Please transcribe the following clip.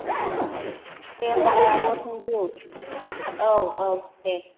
दे होनबालाय आब' thank you औ औ दे दे